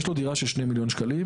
יש לו דירה של שני מיליון שקלים.